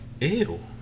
Ew